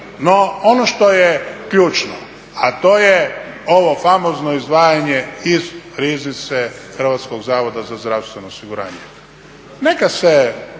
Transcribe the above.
No ono što je ključno, a to je ovo famozno izdvajanje iz riznice Hrvatskog zavoda za zdravstveno osiguranje. Neka se